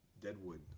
Deadwood